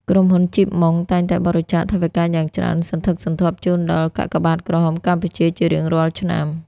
ក្រុមហ៊ុន ជីប ម៉ុង (Chip Mong) តែងតែបរិច្ចាគថវិកាយ៉ាងច្រើនសន្ធឹកសន្ធាប់ជូនដល់ កាកបាទក្រហមកម្ពុជា ជារៀងរាល់ឆ្នាំ។